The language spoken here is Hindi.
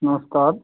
नमस्कार